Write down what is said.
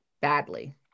badly